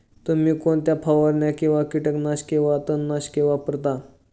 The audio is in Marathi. तुम्ही कोणत्या फवारण्या किंवा कीटकनाशके वा तणनाशके वापरता?